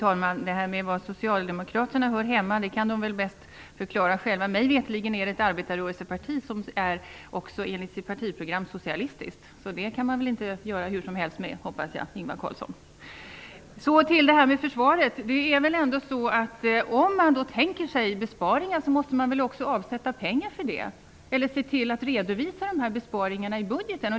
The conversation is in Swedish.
Fru talman! Var Socialdemokraterna hör hemma kan de nog bäst förklara själva. Mig veterligen är det ett arbetarrörelseparti som också enligt sitt partiprogram är socialistiskt. Det kan man väl inte göra hur som helst med, hoppas jag, Ingvar Carlsson. Så till försvaret. Om man tänker sig besparingar måste väl också avsätta pengar för det eller se till att redovisa besparingarna i budgeten?